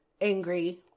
angry